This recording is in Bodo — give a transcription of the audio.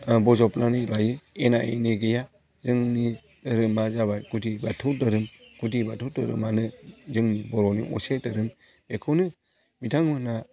बजबनानै लायो एना एनि गैया जोंनि धोरोमा जाबाय गुदि बाथौ धोरोम गुदि बाथौ धोरोमानो जोंनि बर'नि असे धोरोम बेखौनो बिथांमोना